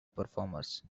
performers